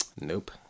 nope